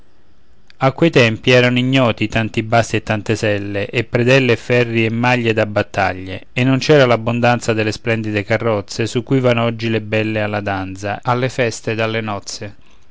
a quei tempi erano ignoti tanti basti e tante selle e predelle e ferri e maglie da battaglie e non c'era l'abbondanza delle splendide carrozze su cui vanno oggi le belle alla danza alle feste ed alle nozze